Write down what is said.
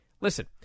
listen